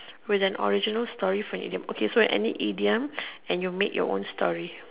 with an original story for an idiom okay any idiom and you make your own story